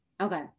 Okay